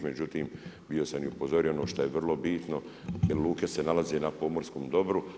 Međutim, bio sam i upozorio ono što je vrlo bitno jer luke se nalaze na pomorskom dobru.